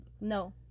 no